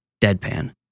deadpan